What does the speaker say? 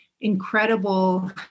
incredible